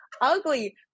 ugly